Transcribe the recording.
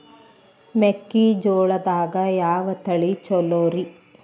ಮೆಕ್ಕಿಜೋಳದಾಗ ಯಾವ ತಳಿ ಛಲೋರಿ?